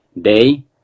day